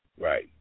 Right